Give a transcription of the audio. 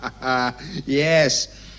Yes